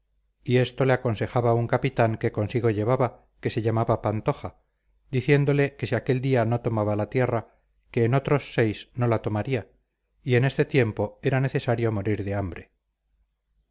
y esto le aconsejaba un capitán que consigo llevaba que se llamaba pantoja diciéndole que si aquel día no tomaba la tierra que en otros seis no la tomaría y en este tiempo era necesario morir de hambre